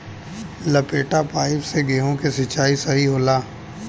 लपेटा पाइप से गेहूँ के सिचाई सही होला?